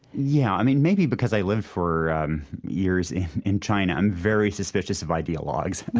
yeah. i mean, maybe because i lived for years in in china, i'm very suspicious of ideologues, yeah,